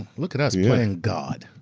look at us playing god.